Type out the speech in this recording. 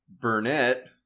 Burnett